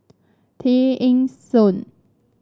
Tay Eng Soon